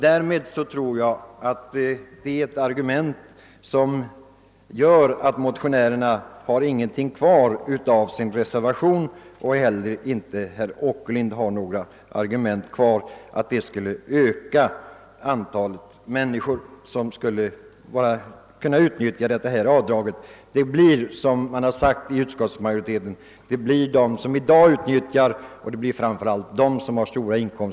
Det är en sak som visar det ohållbara i reservanternas argument. Inte heller torde herr Åkerlind ha några argument kvar rörande det antal människor som skulle komma att utnyttja detta avdrag. Som utskottsmajoriteten framhållit blir det samma människor som utnyttjar avdraget i dag, d.v.s. framför allt människor med stora inkomster.